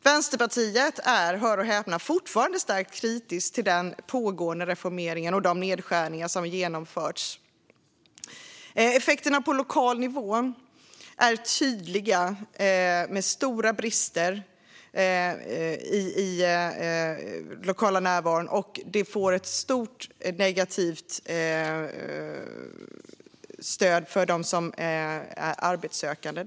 Vänsterpartiet är, hör och häpna, fortfarande starkt kritiskt till den pågående reformeringen och de nedskärningar som har genomförts inom Arbetsförmedlingen. Effekterna på lokal nivå är tydliga med stora brister i myndighetens lokala närvaro och stöd till dem som är arbetssökande.